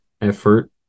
effort